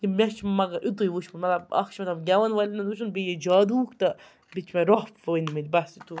مےٚ چھُ مَگر یِتُے وُچھمُت مطلب اَکھ چھِ مےٚ تِم گٮ۪وَن وٲلٮ۪ن ہُنٛز وُچھمُت بییٚہِ یہِ جادووُک تہٕ بیٚیہِ چھِ مےٚ روٚف وچھمٕتۍ بَس یُتٕے